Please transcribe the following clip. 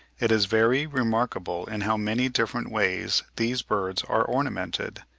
it is very remarkable in how many different ways these birds are ornamented.